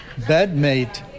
bedmate